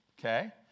Okay